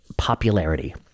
popularity